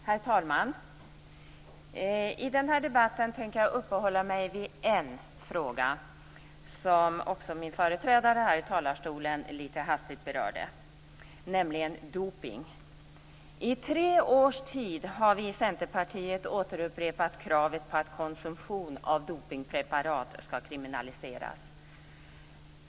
Herr talman! I den här debatten tänker jag uppehålla mig vid en fråga som min företrädare här i talarstolen litet hastigt berörde, nämligen dopning. I tre års tid har vi i Centerpartiet återupprepat kravet på att konsumtion av dopningspreparat skall kriminaliseras.